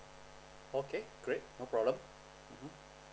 okay great no problem mmhmm